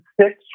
six